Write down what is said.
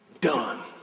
done